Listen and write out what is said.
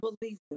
believe